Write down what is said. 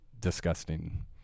disgusting